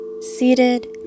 seated